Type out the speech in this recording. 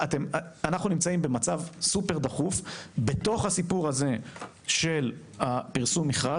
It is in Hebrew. נאנחנו נמצאים במצב סופר דחוף בתוך הסיפור הזה של הפרסום מכרז,